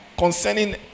Concerning